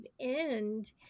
end